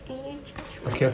can you charge mine